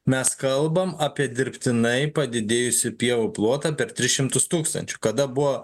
mes kalbam apie dirbtinai padidėjusių pievų plotą per tris šimtus tūkstančių kada buvo